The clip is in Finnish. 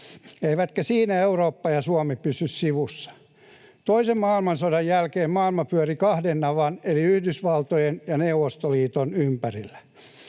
eivätkä siinä Eurooppa ja Suomi pysy sivussa. Toisen maailmansodan jälkeen maailma pyöri kahden navan, Yhdysvaltojen ja Neuvostoliiton, ympärillä.